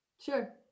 sure